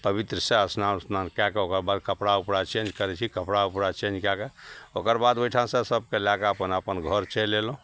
पवित्रसे अस्नान उस्नान कै के ओकरबाद कपड़ा उपड़ा चेन्ज करै छी कपड़ा उपड़ा चेन्ज कै के ओकरबाद ओहिठामसे सभकेँ लैके अपन अपन घर चलि अएलहुँ